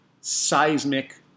seismic